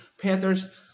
Panthers